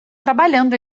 trabalhando